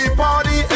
party